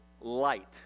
Light